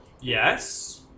Yes